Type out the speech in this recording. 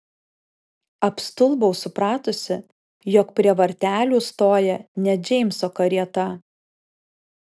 apstulbau supratusi jog prie vartelių stoja ne džeimso karieta